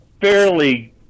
fairly